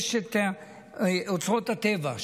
יש את אוצרות הטבע,